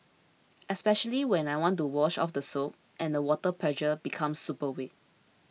especially when I want to wash off the soap and the water pressure becomes super weak